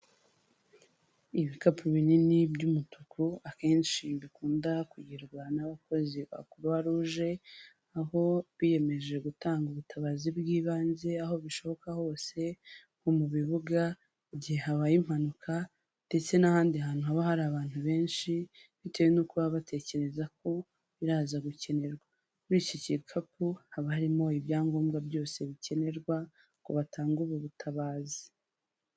Ibikapu binini by'umutuku akenshi bikunda kugirwa n'abakozi ba Croix rouge, aho biyemeje gutanga ubutabazi bw'ibanze aho bishoboka hose nko mu bibuga, igihe habaye impanuka ndetse n'ahandi hantu haba hari abantu benshi bitewe nuko baba batekereza ko biraza gukenerwa. Muri iki gikapu haba harimo ibyangombwa byose bikenerwa ngo batange ubu butabazi.